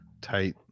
tight